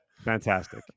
Fantastic